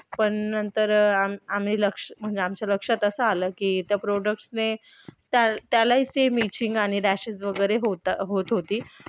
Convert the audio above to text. पण नंतर आम आम्ही लक्ष म्हणजे आमच्या लक्षात असं आलं की त्या प्रोडक्टसने त्याल त्यालाही सेम इचिंग आणि रॅशेस वगैरे होत होत होती